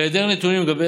בהיעדר נתונים לגבי